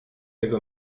jego